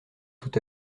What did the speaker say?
tout